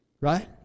right